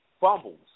fumbles